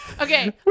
Okay